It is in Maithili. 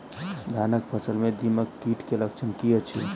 धानक फसल मे दीमक कीट केँ लक्षण की अछि?